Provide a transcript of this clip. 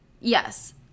Yes